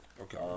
okay